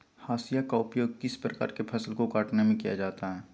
हाशिया का उपयोग किस प्रकार के फसल को कटने में किया जाता है?